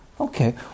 Okay